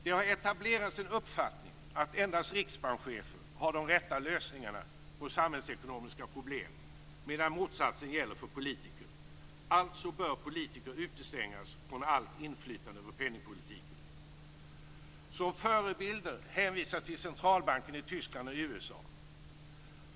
Det har etablerats en uppfattning att endast riksbankschefer har de rätta lösningarna på samhällsekonomiska problem, medan motsatsen gäller för politiker. Alltså bör politiker utestängas från allt inflytande över penningpolitiken. Som förebilder hänvisas till centralbankerna i Tyskland och USA.